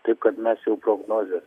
taip kad mes jau prognozes